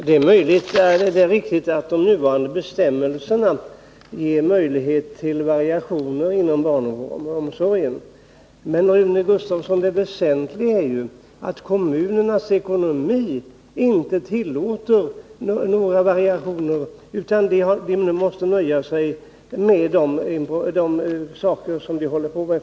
Herr talman! Det är riktigt att de nuvarande bestämmelserna ger möjlighet till variationer inom barnomsorgen. Men det väsentliga är ju, Rune Gustavsson, att kommunernas ekonomi inte tillåter några variationer. Man måste nöja sig med vad som redan är på gång.